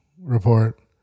report